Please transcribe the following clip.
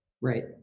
Right